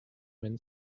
win